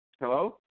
hello